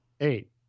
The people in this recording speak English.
Eight